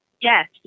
yes